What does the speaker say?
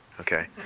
Okay